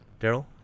Daryl